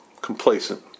complacent